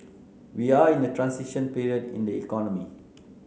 we are in a transition period in the economy